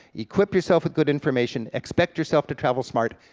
equip yourself with good information, expect yourself to travel smart,